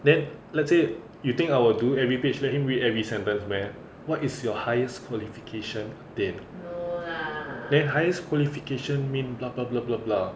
then let's say you think I will do every page let him read every sentence meh what is your highest qualification then then highest qualification mean bla bla bla bla bla